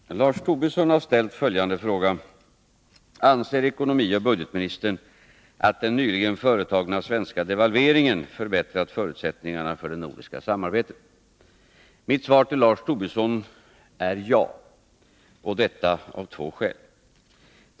Herr talman! Lars Tobisson har ställt följande fråga: Anser ekonomioch budgetministern att den nyligen företagna svenska devalveringen förbättrat förutsättningarna för det nordiska samarbetet? Mitt svar till Lars Tobisson är ja, och detta av två skäl.